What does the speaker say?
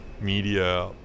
media